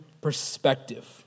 perspective